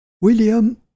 William